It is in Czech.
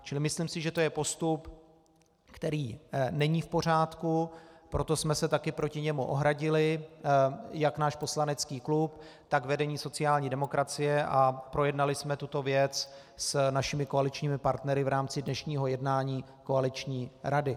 Čili myslím si, že to je postup, který není v pořádku, proto jsme se také proti němu ohradili, jak náš poslanecký klub, tak vedení sociální demokracie, a projednali jsme tuto věc s našimi koaličními partnery v rámci dnešního jednání koaliční rady.